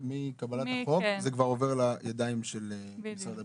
מקבלת החוק זה כבר עובר לידיים של משרד הבריאות.